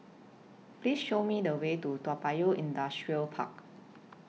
Please Show Me The Way to Toa Payoh Industrial Park